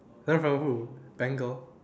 learn from who